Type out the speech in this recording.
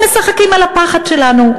הם משחקים על הפחד שלנו.